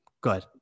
Good